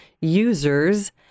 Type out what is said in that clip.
users